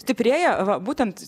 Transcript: stiprėja va būtent